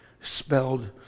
spelled